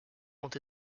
ont